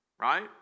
right